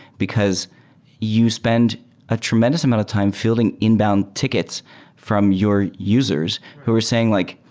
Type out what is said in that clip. because you spend a tremendous amount of time fi elding inbound tickets from your users who are saying like,